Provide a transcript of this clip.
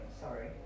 sorry